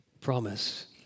Promise